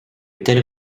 telle